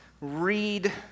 read